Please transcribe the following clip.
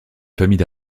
famille